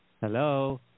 Hello